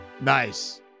nice